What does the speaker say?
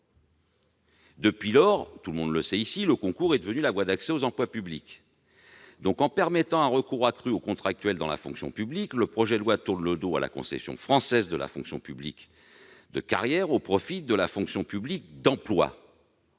Depuis lors, le concours est devenu la voie d'accès à ces emplois. En permettant un recours accru aux contractuels dans la fonction publique, le projet de loi tourne le dos à la conception française de la fonction publique de carrière au profit de la fonction publique d'emploi,